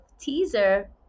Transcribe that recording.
teaser